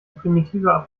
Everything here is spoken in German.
primitive